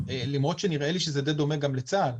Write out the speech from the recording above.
למרות שנדמה לי שזה די דומה גם לצה"ל.